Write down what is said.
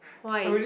why